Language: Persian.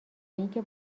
اینکه